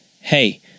hey